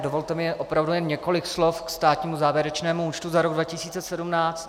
Dovolte mi opravdu jen několik slov k státnímu závěrečnému účtu za rok 2017.